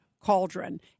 cauldron